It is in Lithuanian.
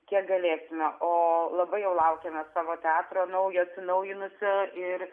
kiek galėsime o labai jau laukiame savo teatro naujo atsinaujinusio ir